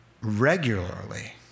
regularly